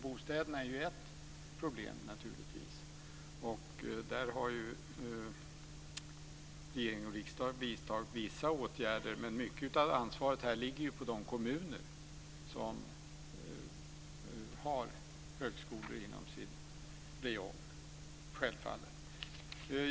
Bostäderna är ett problem, naturligtvis, och där har ju regering och riksdag vidtagit vissa åtgärder, men mycket av ansvaret ligger självfallet på de kommuner som har högskolor inom sin räjong.